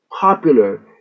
popular